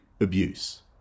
abuse